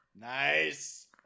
Nice